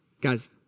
Guys